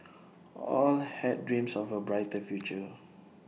all had dreams of A brighter future